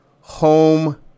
home